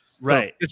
right